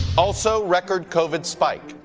also, record covid spike.